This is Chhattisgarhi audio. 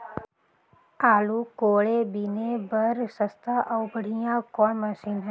आलू कोड़े बीने बर सस्ता अउ बढ़िया कौन मशीन हे?